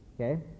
Okay